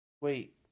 Wait